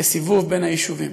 לסיבוב בין היישובים.